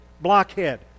blockhead